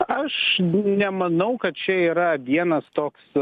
aš nemanau kad čia yra vienas toks